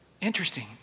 Interesting